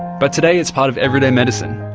but today it's part of everyday medicine.